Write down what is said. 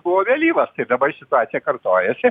buvo vėlyvas tai dabar situacija kartojasi